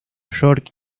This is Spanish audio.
york